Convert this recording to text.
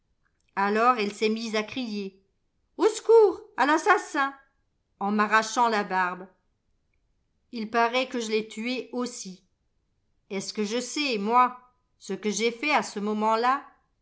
alors elle s'est mise à crier au secours à l'assassin en m'arrachant la barbe ii paraît que je l'ai tuée aussi est-ce que je sais moi ce que j'ai fait à ce moment-là